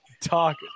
talk